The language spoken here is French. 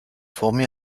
formé